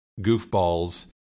goofballs